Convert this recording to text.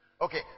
Okay